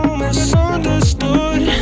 misunderstood